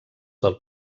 del